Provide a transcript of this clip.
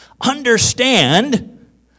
Understand